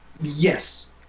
Yes